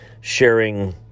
sharing